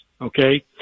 okay